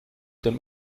den